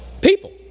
People